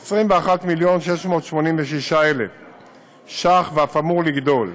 21 מיליון ו-686,000 ש"ח, ואף אמור לגדול,